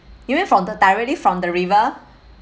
you mean from the directly from the river